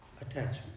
Attachment